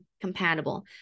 compatible